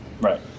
Right